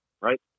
Right